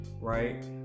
right